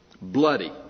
Bloody